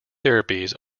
therapies